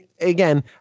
again